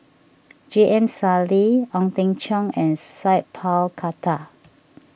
J M Sali Ong Teng Cheong and Sat Pal Khattar